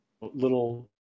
little